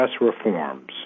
reforms